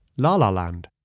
la la land'. and